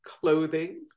clothing